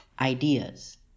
ideas